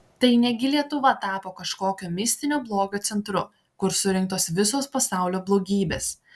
tai ne gi lietuva tapo kažkokio mistinio blogio centru kur surinktos visos pasaulio blogybės